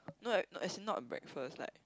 no eh as in not breakfast like